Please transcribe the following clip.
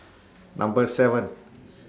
Number seven